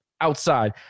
outside